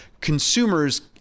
consumers